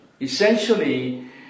Essentially